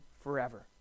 forever